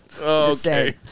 Okay